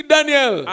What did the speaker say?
Daniel